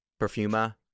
Perfuma